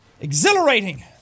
Exhilarating